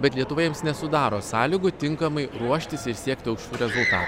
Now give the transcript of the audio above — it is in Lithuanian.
bet lietuva jiems nesudaro sąlygų tinkamai ruoštis ir siekti aukštų rezultatų